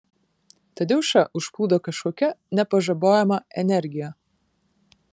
tadeušą užplūdo kažkokia nepažabojama energija